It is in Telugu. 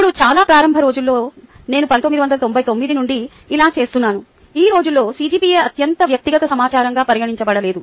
ఇప్పుడు చాలా ప్రారంభ రోజులలో నేను 1999 నుండి ఇలా చేస్తున్నాను ఆ రోజుల్లో CGPA అత్యంత వ్యక్తిగత సమాచారంగా పరిగణించబడలేదు